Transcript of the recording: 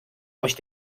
euch